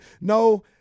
No